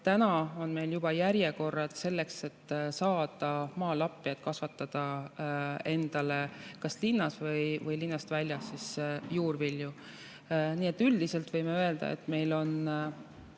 Meil on juba järjekorrad selleks, et saada maalappi, et kasvatada endale kas linnas või linnast väljas juurvilju. Nii et üldiselt võime öelda, et meil on